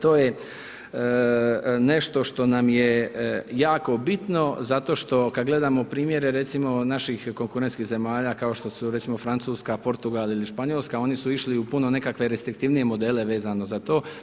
To je nešto što nam je jako bitno, zato što, kada gledamo primjere, recimo, naših konkurentskih zemalja, kao što su Francuska, Portugal ili Španjolska, oni su išli u puno nekakve restriktivnije modele vezano za to.